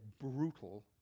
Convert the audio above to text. brutal